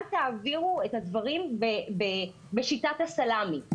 אל תעבירו את הדברים בשיטת הסלמי.